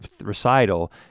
recital